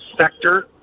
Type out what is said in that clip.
sector